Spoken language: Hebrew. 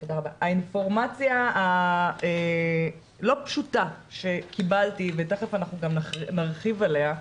האינפורמציה הלא פשוטה שקיבלתי ותיכף אנחנו גם נרחיב עליה,